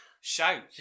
shout